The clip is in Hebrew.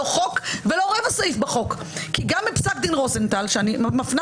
לא חוק ולא רבע סעיף בחוק כי גם בפסק דין רוזנטל אני מפנה